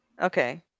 Okay